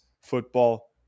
football